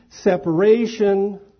separation